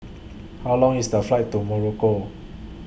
How Long IS The Flight to Morocco